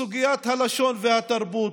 סוגיית הלשון והתרבות,